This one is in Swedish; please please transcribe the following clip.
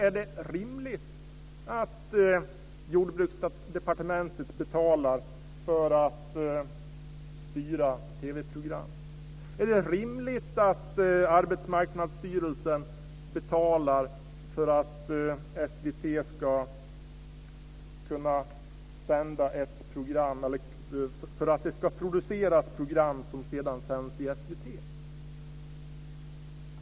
Är det rimligt att Jordbruksdepartementet betalar för att styra TV-program? Är det rimligt att Arbetsmarknadsstyrelsen betalar för att SVT ska producera program som sedan sänds i SVT?